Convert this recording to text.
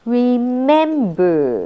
remember